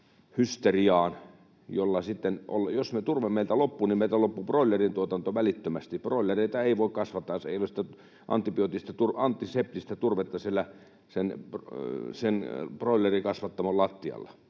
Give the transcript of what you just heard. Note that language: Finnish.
Jos turve meiltä loppuu, niin meiltä loppuu broilerintuotanto välittömästi. Broilereita ei voi kasvattaa, jos ei ole sitä antiseptistä turvetta siellä broilerikasvattamon lattialla.